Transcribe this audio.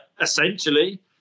Essentially